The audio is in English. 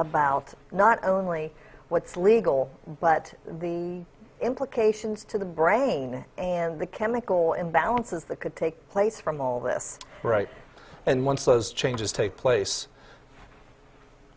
about not only what's legal but the implications to the brain and the chemical imbalances that could take place from all this right and once those changes take place